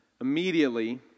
Immediately